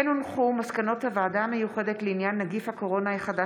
כמו כן הונחו מסקנות הוועדה המיוחדת לעניין נגיף הקורונה החדש